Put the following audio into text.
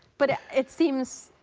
but it seems